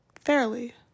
fairly